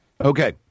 Okay